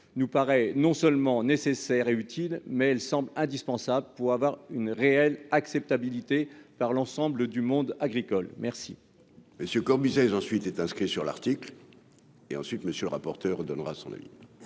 nous paraît non seulement nécessaire et utile, mais elle semble indispensable pour avoir une réelle acceptabilité par l'ensemble du monde agricole, merci.